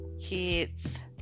kids